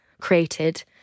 created